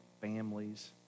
families